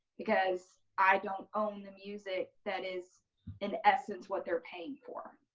because i don't own the music that is in essence what they're paying for.